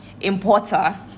importer